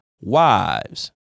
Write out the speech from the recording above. wives